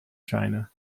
china